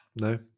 no